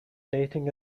dating